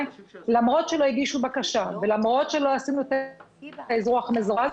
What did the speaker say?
למרות שלא הגישה בקשה ולמרות שלא עשינו את האזרוח המזורז,